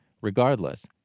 regardless